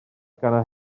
gan